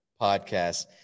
Podcast